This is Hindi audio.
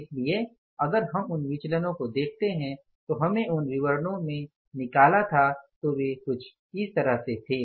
इसलिए अगर हम उन विचलन को देखते हैं जो हमने उन विवरणों में निकाला था तो वे कुछ इस तरह से थे